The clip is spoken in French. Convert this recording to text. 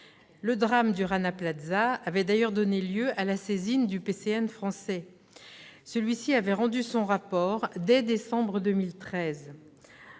Le drame du Rana Plaza avait d'ailleurs donné lieu à la saisine du PCN français. Celui-ci avait rendu son rapport dès décembre 2013.